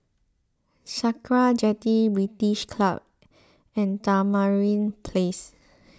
Sakra Jetty British Club and Tamarind Place